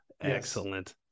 excellent